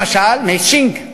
למשל מצ'ינג.